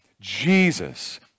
Jesus